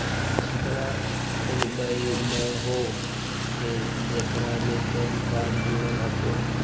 खातवा खोलवैलहो हे जेकरा मे पैन कार्ड जोड़ल हको?